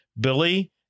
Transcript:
Billy